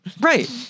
right